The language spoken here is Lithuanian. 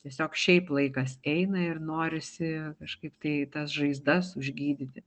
tiesiog šiaip laikas eina ir norisi kažkaip tai tas žaizdas užgydyti